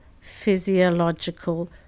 physiological